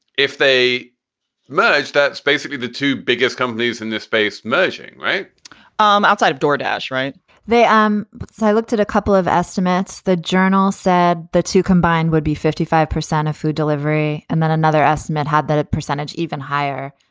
if they merge. that's basically the two biggest companies in this space merging right um outside of door dash right there um but so i looked at a couple of estimates. the journal said the two combined would be fifty five percent of food delivery. and then another asked matt, had that percentage even higher.